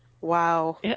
Wow